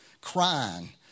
crying